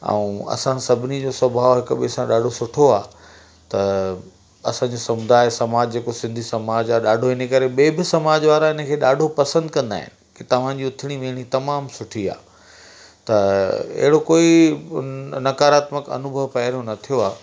ऐं असां सभिनि जो स्वभाव हिक ॿिए सां ॾाढो सुठो आहे त असांजो समुदाय समाज जेको सिंधी समाज आहे ॾाढो इन करे ॿिए समाज वारा इन खे ॾाढो पसंदि कंदा आहिनि कि तव्हां जी उथिणी वेहिणी तमामु सुठी आहे त अहिड़ो कोई नकारात्मक अनुभव पहिरों न थियो आहे